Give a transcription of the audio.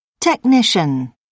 Technician